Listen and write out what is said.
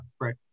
right